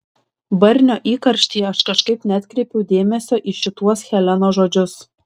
barnio įkarštyje aš kažkaip neatkreipiau dėmesio į šituos helenos žodžius